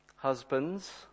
Husbands